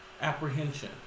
apprehension